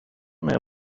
may